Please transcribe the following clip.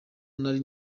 nari